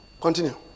Continue